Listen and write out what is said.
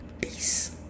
Peace